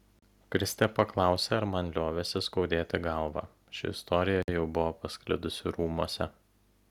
kristė paklausė ar man liovėsi skaudėti galvą ši istorija jau buvo pasklidusi rūmuose